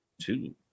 Two